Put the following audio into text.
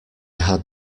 had